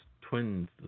twins